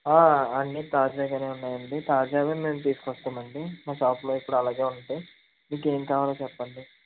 అన్నీ తాజాగా ఉన్నాయి అండి తాజావి మేము తీసుకొస్తాం అండి మా షాపులో ఎప్పుడు అలాగే ఉంటాయి మీకేం కావాలో చెప్పండి